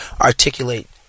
articulate